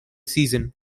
season